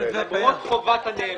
למרות חובת הנאמנות,